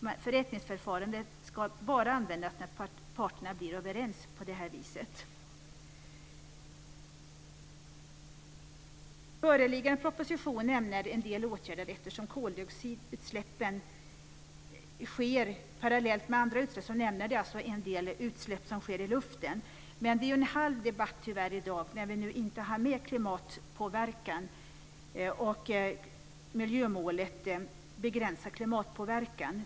Förrättningsförfarandet ska bara användas när parterna blir överens. I föreliggande proposition nämns en del åtgärder eftersom koldioxidutsläppen sker parallellt med andra utsläpp. En del utsläpp sker i luften. Tyvärr blir det en halv debatt i dag, när vi nu inte hann med miljömålet Begränsad klimatpåverkan.